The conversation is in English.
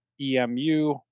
EMU